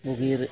ᱵᱤᱨ